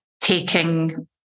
taking